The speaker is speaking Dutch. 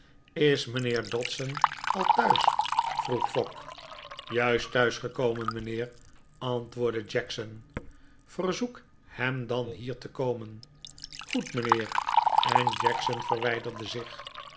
is mijnheer dodson al thuis vroeg fogg juist thuis gekomen mijnheer antwoordde jackson verzoek hem dan hier te komen goed mijnheer en jackson verwijderde zich